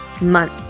month